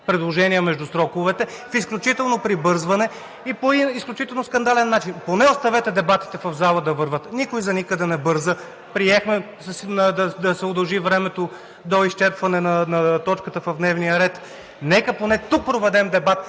предложения между сроковете, с изключително прибързване и по изключително скандален начин. Поне оставете да вървят дебатите в залата. Никой за никъде не бърза! Приехме да се удължи времето до изчерпване на точката в дневния ред. Нека поне тук проведем дебат,